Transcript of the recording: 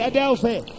Adelphi